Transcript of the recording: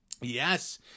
yes